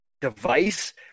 device